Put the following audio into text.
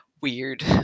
weird